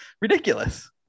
ridiculous